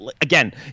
again